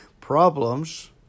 problems